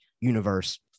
Universe